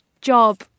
job